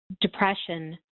depression